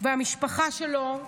המשפחה שלו,